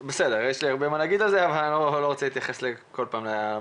יש לי מה להגיד על זה אבל לא אתייחס כרגע לכל האמירות.